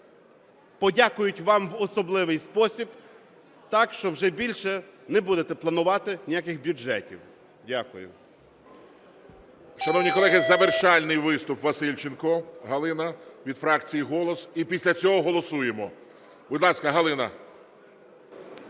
подякують вам в особливий спосіб так, що вже більше не будете планувати ніяких бюджетів. Дякую.